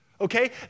okay